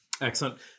Excellent